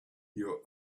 your